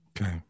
Okay